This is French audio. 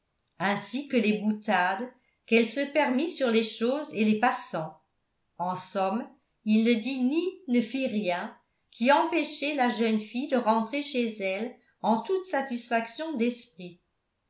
ainsi que les boutades qu'elle se permit sur les choses et les passants en somme il ne dit ni ne fit rien qui empêchât la jeune fille de rentrer chez elle en toute satisfaction d'esprit